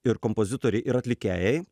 ir kompozitoriai ir atlikėjai